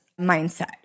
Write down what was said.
mindset